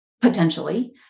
potentially